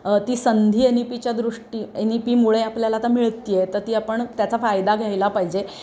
ती संधी N E पीच्या दृष्टी एन ई पीमुळे आपल्याला आता मिळते आहे तर ती आपण त्याचा फायदा घ्यायला पाहिजे